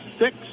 six